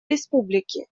республики